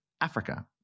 Africa